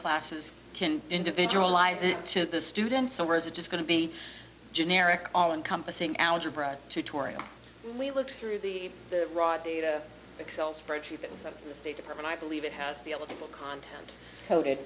classes can individualize it to the students or is it just going to be generic all encompassing algebra tutorial we looked through the the raw data excel spreadsheet that was at the state department i believe it has to be able to content co